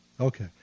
Okay